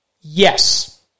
Yes